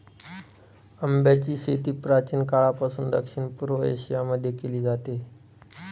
आंब्याची शेती प्राचीन काळापासून दक्षिण पूर्व एशिया मध्ये केली जाते